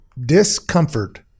discomfort